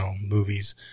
movies